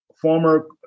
former